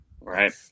right